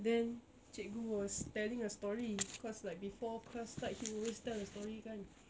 then cikgu was telling a story cause like before class start he always tell a story kan